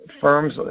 firms